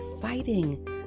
fighting